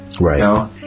Right